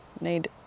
need